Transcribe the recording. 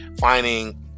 finding